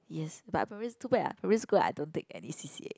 yes but primary too bad ah primary school I don't take any C_c_A